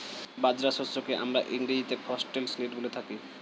বাজরা শস্যকে আমরা ইংরেজিতে ফক্সটেল মিলেট বলে থাকি